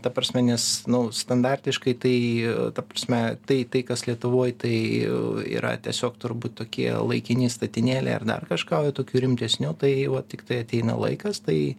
ta prasme nes nu standartiškai tai ta prasme tai tai kas lietuvoj tai yra tiesiog turbūt tokie laikini statinėliai ar dar kažką o tokių rimtesnių tai va tiktai ateina laikas tai